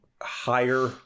higher